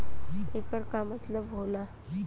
येकर का मतलब होला?